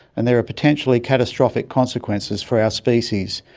and there are potentially catastrophic consequences for our species,